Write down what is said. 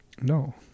No